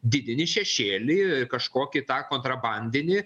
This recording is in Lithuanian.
didini šešėlį kažkokį tą kontrabandinį